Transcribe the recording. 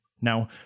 Now